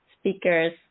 speakers